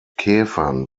käfern